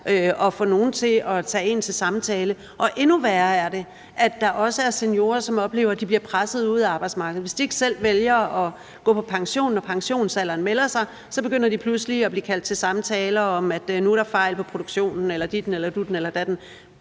at få nogen til at tage en til samtale. Endnu værre er det, at der også er seniorer, som oplever, at de bliver presset ud af arbejdsmarkedet. Hvis de ikke selv vælger at gå på pension, når pensionsalderen melder sig, så begynder de pludselig at blive kaldt til samtaler om, at der nu er fejl i produktionen eller ditten og datten. Bliver vi